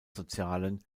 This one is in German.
sozialen